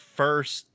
first